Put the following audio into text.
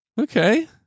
Okay